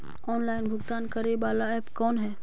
Online भुगतान करे बाला ऐप कौन है?